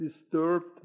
disturbed